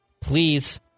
Please